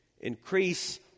increase